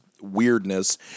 weirdness